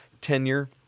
tenure